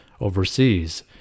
overseas